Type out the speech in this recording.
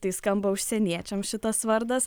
tai skamba užsieniečiam šitas vardas